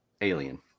Alien